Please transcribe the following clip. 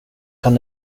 kan